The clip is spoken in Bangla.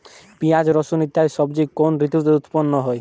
পিঁয়াজ রসুন ইত্যাদি সবজি কোন ঋতুতে উৎপন্ন হয়?